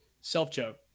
self-joke